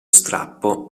strappo